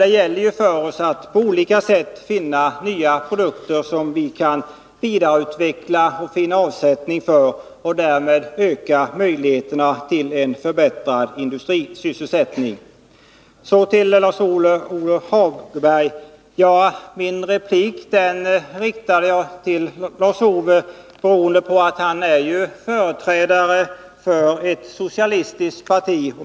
Det gäller ju för oss att på olika sätt finna nya produkter som vi kan vidareutveckla och finna avsättning för, så att vi därmed kan öka möjligheterna till en förbättrad industrisysselsättning. Min replik riktade jag till Lars-Ove Hagberg, därför att han är företrädare för ett socialistiskt parti.